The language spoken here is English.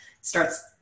starts